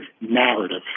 narrative